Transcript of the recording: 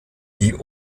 die